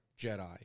Jedi